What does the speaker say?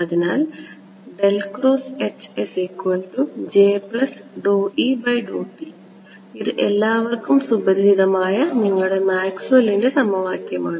അതിനാൽ ഇത് എല്ലാവർക്കും പരിചിതമായ നിങ്ങളുടെ മാക്സ്വെല്ലിന്റെ സമവാക്യമാണ്